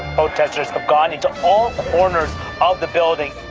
protesters have gone into all corners of the building.